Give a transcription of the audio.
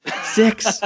Six